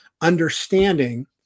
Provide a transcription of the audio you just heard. understanding